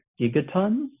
gigatons